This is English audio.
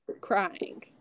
crying